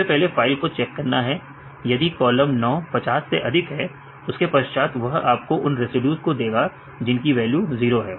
सबसे पहले हमें फाइल को चेक करना है यदि कॉलम 9 50 से अधिक है उसके पश्चात वह आपको उन रेसिड्यूज को देगा जिनकी वैल्यू 0 है